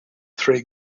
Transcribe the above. three